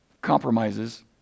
Compromises